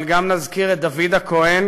אבל גם נזכיר את דוד הכהן,